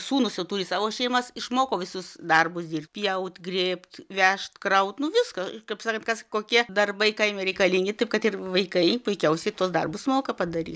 sūnūs jau turi savo šeimas išmoko visus darbus dirbt pjaut grėbt vežt kraut nu viską kaip sakant kas kokie darbai kaime reikalingi taip kad ir vaikai puikiausiai tuos darbus moka padaryt